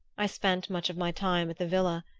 i spent much of my time at the villa,